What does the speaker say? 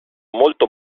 molto